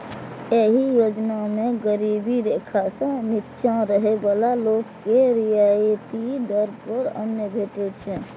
एहि योजना मे गरीबी रेखा सं निच्चा रहै बला लोक के रियायती दर पर अन्न भेटै छै